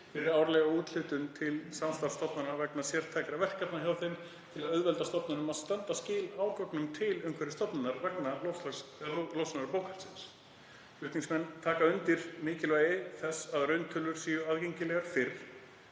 fyrir árlega úthlutun til samstarfsstofnana vegna sértækra verkefna hjá þeim til að auðvelda stofnunum að standa skil á gögnum til Umhverfisstofnunar vegna losunarbókhaldsins. Flutningsmenn taka undir mikilvægi þess að rauntölur séu aðgengilegar fyrr.